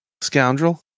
scoundrel